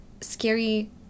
scary